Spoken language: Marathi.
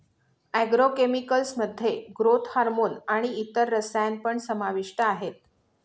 ऍग्रो केमिकल्स मध्ये ग्रोथ हार्मोन आणि इतर रसायन पण समाविष्ट आहेत